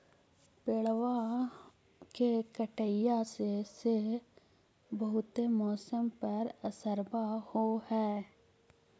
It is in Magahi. पेड़बा के कटईया से से बहुते मौसमा पर असरबा हो है?